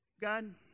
god